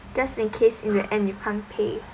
just in case is it and you can't pay